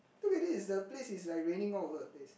look at this the place is like raining all over the place